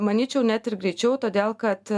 manyčiau net ir greičiau todėl kad